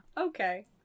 Okay